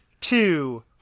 two